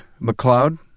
McLeod